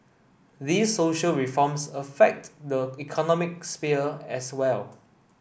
these social reforms affect the economic sphere as well